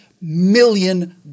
million